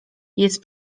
jest